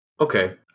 okay